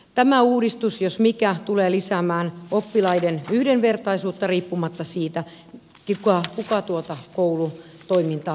tämä uudistus jos mikä tulee lisäämään oppilaiden yhdenvertaisuutta riippumatta siitä kuka tuota koulutoimintaa järjestää